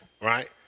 right